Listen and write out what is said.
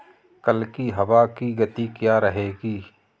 कल की हवा की गति क्या रहेगी?